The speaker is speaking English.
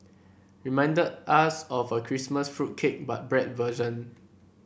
reminded us of a Christmas fruit cake but bread version